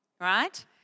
right